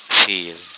feel